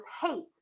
hate